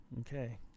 Okay